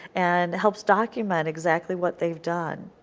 and helps document exactly what they have done.